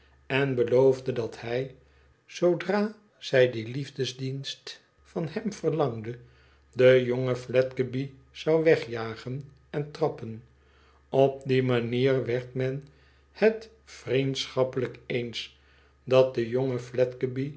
en beloofde dat hij zoodra zij dien liefdedienst van hem verlangde den jonn fledgeby zou wegjagen en trappen op die manier werd men het vnendschappelijk eens dat de jonge